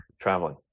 traveling